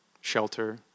shelter